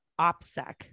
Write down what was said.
OPSEC